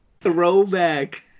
throwback